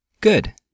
Good